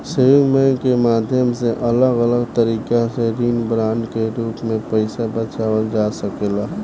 saving bank के माध्यम से अलग अलग तरीका के ऋण बांड के रूप में पईसा बचावल जा सकेला